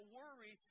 worry